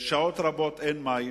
ושעות רבות אין מים,